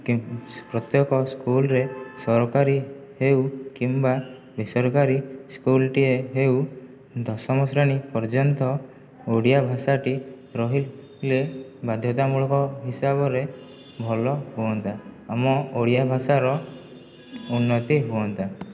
କି ପ୍ରତ୍ୟେକ ସ୍କୁଲରେ ସରକାରୀ ହେଉ କିମ୍ବା ବେସରକାରୀ ସ୍କୁଲଟିଏ ହେଉ ଦଶମ ଶ୍ରେଣୀ ପର୍ଯ୍ୟନ୍ତ ଓଡ଼ିଆ ଭାଷାଟି ରହିଥିଲେ ବାଧ୍ୟତାମୂଳକ ହିସାବରେ ଭଲ ହୁଅନ୍ତା ଆମ ଓଡ଼ିଆ ଭାଷାର ଉନ୍ନତି ହୁଅନ୍ତା